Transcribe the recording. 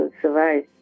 survive